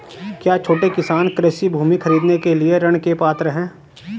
क्या छोटे किसान कृषि भूमि खरीदने के लिए ऋण के पात्र हैं?